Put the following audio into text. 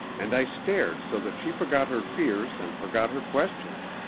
and i stared so that she forgot her fears and forgot her questions.